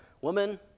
woman